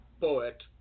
poet